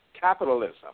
capitalism